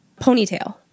Ponytail